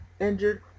injured